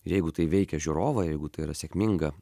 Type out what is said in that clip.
jeigu tai veikia žiūrovą jeigu tai yra sėkminga